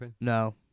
No